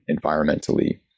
environmentally